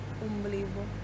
unbelievable